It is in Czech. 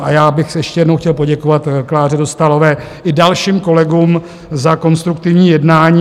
A já bych ještě jednou chtěl poděkovat Kláře Dostálové i dalším kolegům za konstruktivní jednání.